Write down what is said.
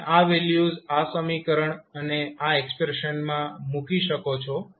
તમે આ વેલ્યુઝ આ સમીકરણ અને આ એક્સપ્રેશનમાં મૂકી શકો છો